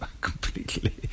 completely